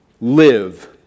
Live